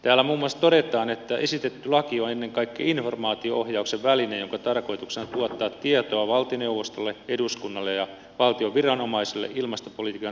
täällä muun muassa todetaan että esitetty laki on ennen kaikkea informaatio ohjauksen väline jonka tarkoituksena on tuottaa tietoa valtioneuvostolle eduskunnalle ja valtion viranomaisille ilmastopolitiikan toteuttamista varten